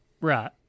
Right